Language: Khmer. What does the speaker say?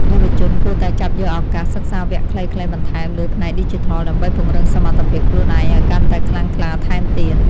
យុវជនគួរតែចាប់យកឱកាសសិក្សាវគ្គខ្លីៗបន្ថែមលើផ្នែកឌីជីថល ដើម្បីពង្រឹងសមត្ថភាពខ្លួនឯងឱ្យកាន់តែខ្លាំងក្លាថែមទៀត។